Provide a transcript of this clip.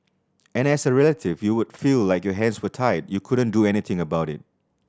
and as a relative you would feel like your hands were tied you couldn't do anything about it